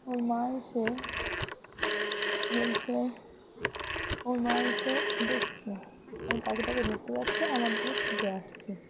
ওর মা এসে বলছে ওর মা এসে দেখছে আমি পাখিটাকে ধরতে যাচ্ছি আমার দিকে ছুটে আসছে